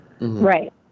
Right